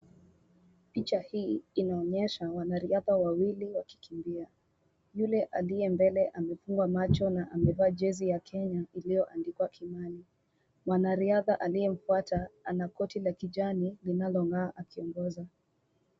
Picha hii inaonyesha wanariadha wawili wakikimbia. Yule aliye mbele amefungwa macho na amevaa jezi ya Kenya iliyoandikwa Kimani. Mwanariadha aliyemfuata ana koti la kijani linalong'aa akiongoza.